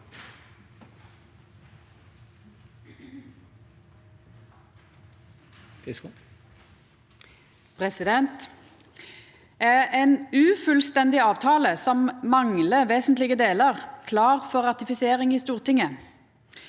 Ein ufullstendig avta- le som manglar vesentlege delar er klar for ratifisering i Stortinget.